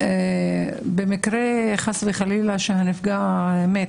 במקרה שהנפגע חלילה מת,